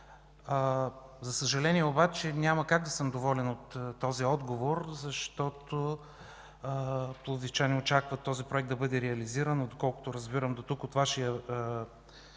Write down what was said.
За съжаление обаче, няма как да съм доволен от отговора, защото пловдивчани очакват този проект да бъде реализиран. Доколкото разбирам дотук от Вашия